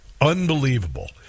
unbelievable